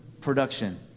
production